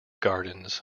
gardens